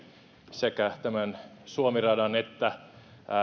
sekä tämän suomi radan että